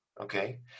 okay